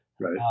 Right